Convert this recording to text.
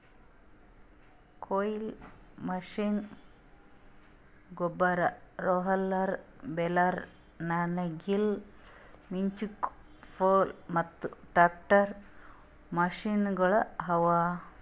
ಕೊಯ್ಲಿ ಮಷೀನ್, ಗೊಬ್ಬರ, roller, baler, ನೇಗಿಲು, ಪಿಚ್ಫೋರ್ಕ್, ಪ್ಲೊ ಮತ್ತ ಟ್ರಾಕ್ಟರ್ ಮಷೀನಗೊಳ್ ಅವಾ